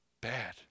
bad